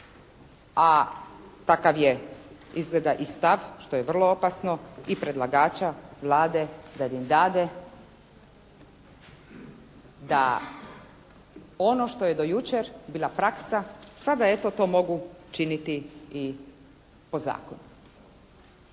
a takav je izgleda i stav što je vrlo opasno i predlagača, Vlade da … /Govornik se ne razumije./ … da ono što je do jučer bila praksa sada eto to mogu činiti i po zakonu.